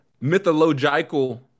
mythological